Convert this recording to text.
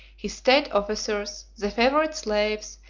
his state officers, the favorite slaves,